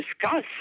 discuss